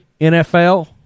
NFL